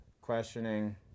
questioning